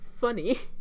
funny